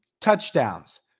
touchdowns